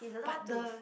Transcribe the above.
but the